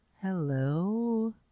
Hello